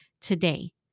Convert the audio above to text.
today